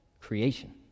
creation